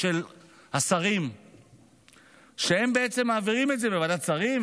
של השרים שמעבירים את זה בוועדת שרים,